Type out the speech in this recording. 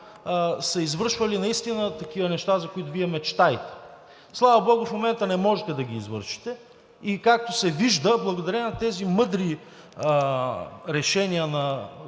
са извършвали такива неща, за които Вие мечтаете. Слава богу, в момента не можете да ги извършите. И както се вижда, благодарение на тези мъдри решения на